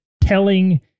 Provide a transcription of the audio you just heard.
telling